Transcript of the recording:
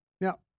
Now